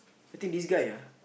I think this guy ya